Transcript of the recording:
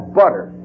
butter